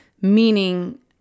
Meaning